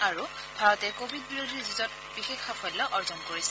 আৰু ভাৰতে কভিড বিৰোধী যুঁজত বিশেষ সাফল্য অৰ্জন কৰিছে